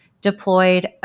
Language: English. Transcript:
deployed